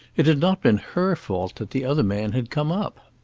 it had not been her fault that the other man had come up.